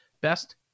Best